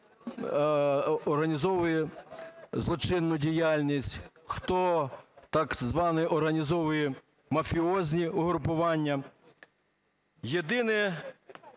хто організовує злочинну діяльність, хто так звані організовує мафіозні угрупування. Єдине,